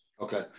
Okay